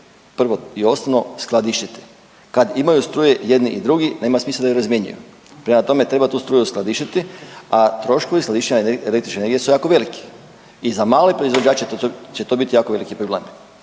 prvo i osnovno, skladištiti. Kad imaju struje jedni i drugi, nema smisla da ju razmjenjuju. Prema tome, treba tu struju skladištiti, a troškovi skladištenja električne energije su jako veliki i za male proizvođače će to biti jako veliki problem